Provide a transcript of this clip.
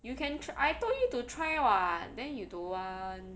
you can try I told you to try [what] then you don't want